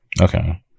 Okay